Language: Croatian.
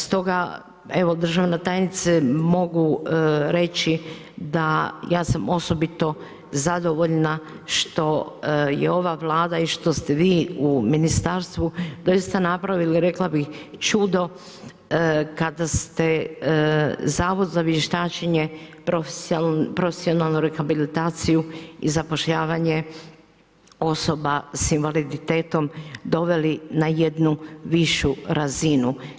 Stoga evo državna tajnice mogu reći da ja sam osobito zadovoljna što je ova Vlada i što ste vi u ministarstvu doista napravili, rekla bih čudo, kada ste Zavod za vještačenje i profesionalnu rehabilitaciju i zapošljavanje osoba s invaliditetom doveli na jednu višu razinu.